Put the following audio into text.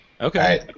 Okay